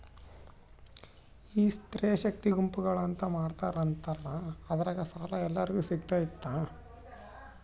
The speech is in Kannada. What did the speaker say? ಈ ಸ್ತ್ರೇ ಶಕ್ತಿ ಗುಂಪುಗಳು ಅಂತ ಮಾಡಿರ್ತಾರಂತಲ ಅದ್ರಾಗ ಸಾಲ ಎಲ್ಲರಿಗೂ ಸಿಗತೈತಾ?